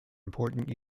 important